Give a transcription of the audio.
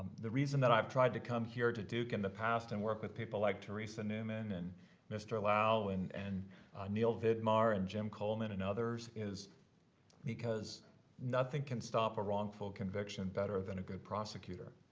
the reason that i've tried to come here to duke in the past and work with people like teresa newman and mr. lau and and neil vidmar and jim coleman and others is because nothing can stop a wrongful conviction better than a good prosecutor.